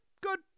good